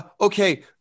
Okay